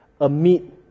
amid